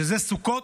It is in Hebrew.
שזה סוכות,